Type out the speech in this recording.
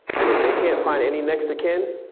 and if they can't find any next of kin,